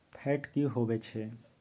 Fat की होवछै?